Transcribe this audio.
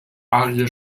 ariel